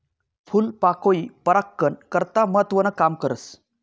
फूलपाकोई परागकन करता महत्वनं काम करस